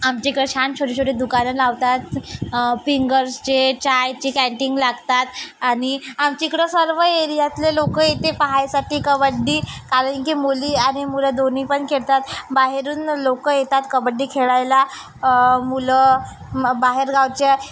आमच्या इकडं छान छोटेछोटे दुकानं लावतात फिंगर्सचे चायचे कॅन्टीन लागतात आणि आमच्याइकडं सर्व एरियातले लोक येते पाहायसाठी कबड्डी कारण की मुली आणि मुलं दोन्ही पण खेळतात बाहेरून लोक येतात कबड्डी खेळायला मुलं बाहेरगावचे